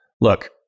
Look